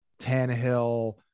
Tannehill